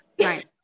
Right